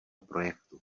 projektu